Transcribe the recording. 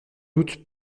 doute